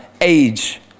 age